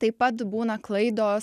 taip pat būna klaidos